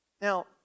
Now